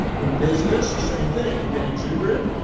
in business, the same thing you get exuberant,